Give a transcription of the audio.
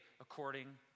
according